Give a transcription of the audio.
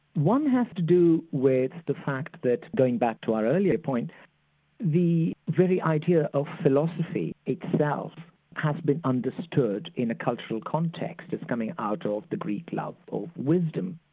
one has to do with the fact that going back to our earlier point the very idea of philosophy itself has been understood in a cultural context as coming out of the greek love of wisdom.